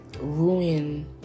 ruin